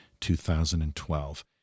2012